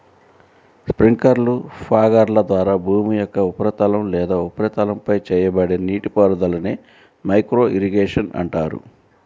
స్ప్రింక్లర్లు, ఫాగర్ల ద్వారా భూమి యొక్క ఉపరితలం లేదా ఉపరితలంపై చేయబడే నీటిపారుదలనే మైక్రో ఇరిగేషన్ అంటారు